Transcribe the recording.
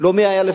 שתי מדינות,